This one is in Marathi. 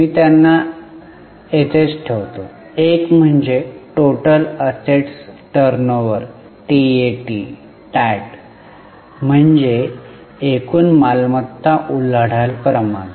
मी त्यांना येथेच ठेवतो एक म्हणजे Total Assests Turnover टॅट म्हणजे एकूण मालमत्ता उलाढाल प्रमाण